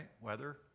Weather